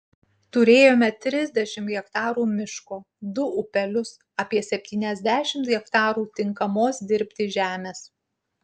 turėjome trisdešimt hektarų miško du upelius apie septyniasdešimt hektarų tinkamos dirbti žemės